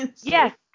Yes